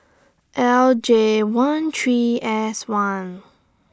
L J one three S one